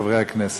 חברי הכנסת,